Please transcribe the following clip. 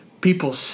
people